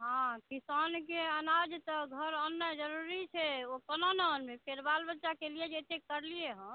हॅं किसानके अनाज तऽ घर आननाइ जरुरी छै ओ कोना नहि आनतै फेर बाल बच्चाके लिए करलियै हँ